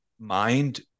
mind